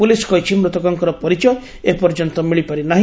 police କହିଛି ମୂତକଙ୍କର ପରିଚୟ ଏପର୍ଯ୍ୟନ୍ତ ମିଳିପାରି ନାହି